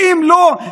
ואם לא,